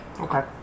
Okay